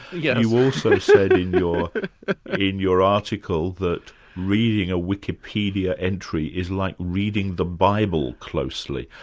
yeah you also said in your in your article that reading a wikipedia entry is like reading the bible closely.